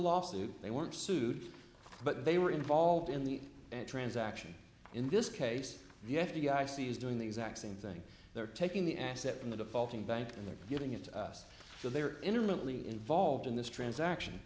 lawsuit they weren't sued but they were involved in the transaction in this case the f d i c is doing the exact same thing they're taking the asset in the defaulting bank and they're giving it to us so they are intermittently involved in this transaction